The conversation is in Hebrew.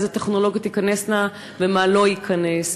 איזה טכנולוגיות תיכנסנה ומה לא ייכנס.